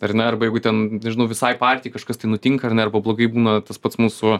ar ne arba jeigu ten nežinau visai partijai kažkas tai nutinka ar ne arba blogai būna tas pats mūsų